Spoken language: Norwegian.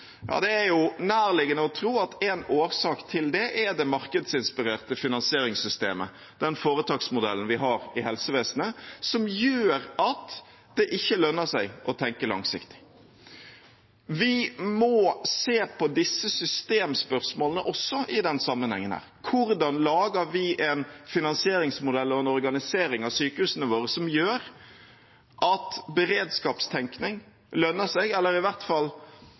Ja, det er nærliggende å tro at en årsak til det er det markedsinspirerte finansieringssystemet, den foretaksmodellen vi har i helsevesenet, som gjør at det ikke lønner seg å tenke langsiktig. Vi må også se på disse systemspørsmålene i denne sammenhengen. Hvordan lager vi en finansieringsmodell og en organisering av sykehusene våre som gjør at beredskapstenkning lønner seg eller i hvert fall